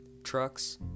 trucks